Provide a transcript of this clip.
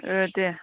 ओह दे